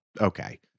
okay